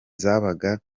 zabaga